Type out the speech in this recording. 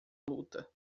luta